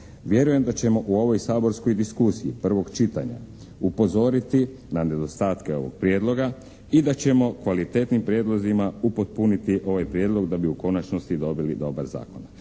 Vjerujem da ćemo u ovoj saborskoj diskusiji prvog čitanja upozoriti na nedostatke ovog prijedloga i da ćemo kvalitetnim prijedlozima upotpuniti ovaj prijedlog da bi u konačnosti dobili dobar zakon.